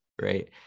right